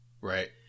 right